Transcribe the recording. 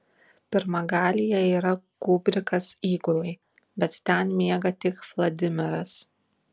pirmagalyje yra kubrikas įgulai bet ten miega tik vladimiras